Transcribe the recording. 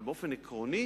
אבל באופן עקרוני